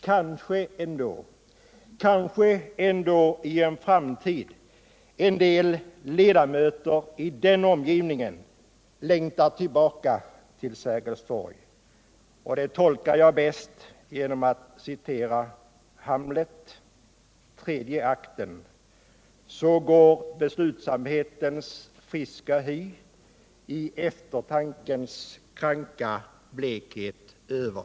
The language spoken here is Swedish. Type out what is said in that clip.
Kanske ändå i en framtid en del ledamöter i den omgivningen längtar tillbaka till Sergels torg. Det tolkar jag bäst genom att citera Hamlet, tredje frågor på längre Sikt frågor på längre Sikt akten: Så går beslutsamhetens friska hy i eftertankens kränka blekhet över.